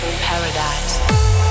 paradise